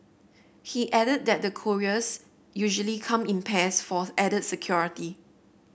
he added that the couriers usually come in pairs for added security